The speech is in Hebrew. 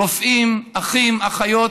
רופאים, אחים, אחיות,